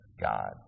God